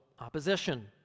opposition